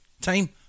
time